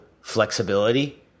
flexibility